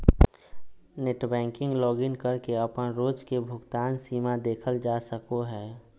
net banking login करके अपन रोज के भुगतान सीमा देखल जा सको हय